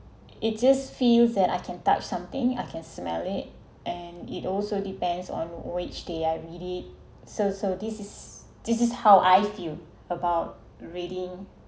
it just feels that I can touch something I can smell it and it also depends on which they are really so so this is this is how I feel about reading